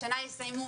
השנה יסיימו